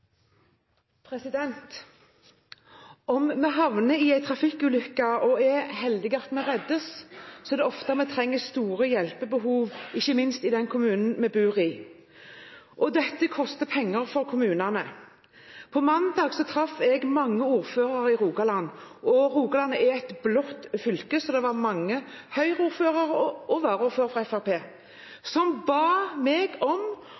at vi reddes, er det ofte vi har store hjelpebehov, ikke minst i den kommunen vi bor i. Dette koster penger for kommunene. På mandag traff jeg mange ordførere i Rogaland. Rogaland er et blått fylke, så det var mange Høyre-ordførere og varaordførere fra Fremskrittspartiet som ba meg om